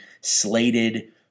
slated